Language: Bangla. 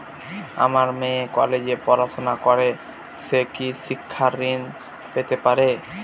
আমার মেয়ে কলেজে পড়াশোনা করে সে কি শিক্ষা ঋণ পেতে পারে?